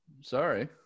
Sorry